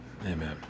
amen